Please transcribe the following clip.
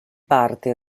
parte